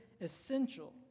essential